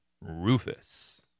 Rufus